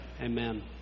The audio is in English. Amen